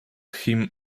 him